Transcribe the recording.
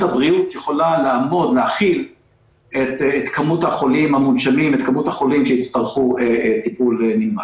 הבריאות יכולה להכיל את כמות החולים המונשמים שיצטרכו טיפול נמרץ.